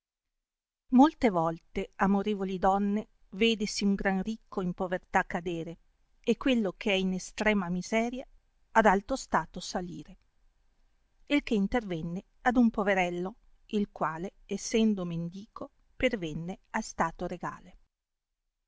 molte volte amorevoli donne vedesi im gran ricco in povertà cadere e quello che è in estrema miseria ad alto stato salire il che intervenne ad un poverello il quale essendo mendico pervenne al stato regale